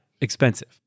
Expensive